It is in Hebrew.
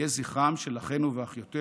יהי זכרם של אחינו ואחיותינו